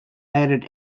added